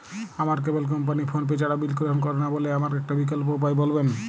আমার cable company PhonePe ছাড়া bill গ্রহণ করে না বলে আমার একটা বিকল্প উপায় বলবেন?